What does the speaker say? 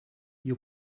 you